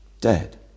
dead